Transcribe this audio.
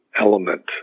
element